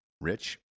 Rich